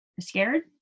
scared